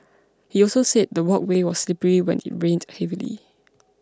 he also said the walkway was slippery when it rained heavily